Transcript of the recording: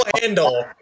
handle